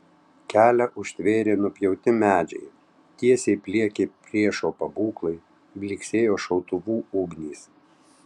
kelią užtvėrė nupjauti medžiai tiesiai pliekė priešo pabūklai blyksėjo šautuvų ugnys